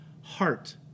heart